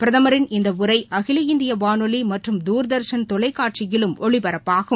பிரதமரின் இந்த உரை அகில இந்திய வானொலி மற்றும் தூர்தர்ஷன் தொலைகாட்சியிலும் ஒலிபரப்பாகும்